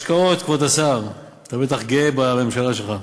השקעות, כבוד השר, אתה בטח גאה בממשלה שלך,